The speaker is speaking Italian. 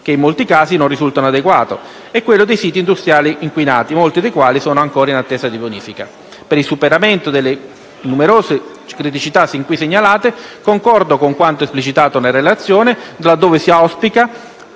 (che in molti casi non risultano adeguati) e quello dei siti industriali inquinati (molti dei quali sono ancora in attesa di bonifica). Per il superamento delle numerose criticità sin qui segnalate, concordo con quanto esplicitato nella relazione, laddove si auspica